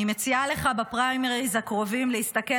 אני מציעה לך בפריימריז הקרובים להסתכל